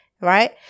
right